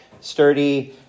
sturdy